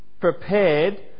prepared